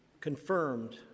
confirmed